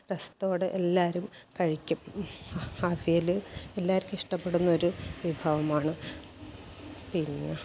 രസത്തോടെ എല്ലാവരും കഴിക്കും അവിയൽ എല്ലാർക്കും ഇഷ്ടപ്പെടുന്നൊരു വിഭവമാണ് പിന്നെ